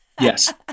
Yes